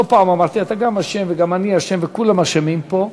גם אשם וגם אני אשם וכולם אשמים פה,